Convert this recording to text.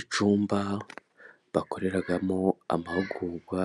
Icyumba bakoreramo amahugurwa .